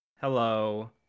hello